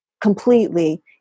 completely